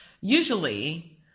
usually